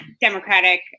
Democratic